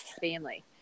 family